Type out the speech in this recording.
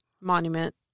monument